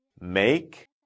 make